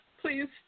please